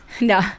No